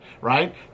Right